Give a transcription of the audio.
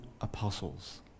apostles